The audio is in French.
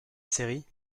série